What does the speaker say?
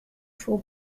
four